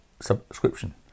subscription